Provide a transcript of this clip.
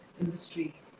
industry